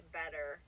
better